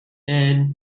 and